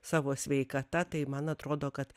savo sveikata tai man atrodo kad